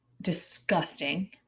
disgusting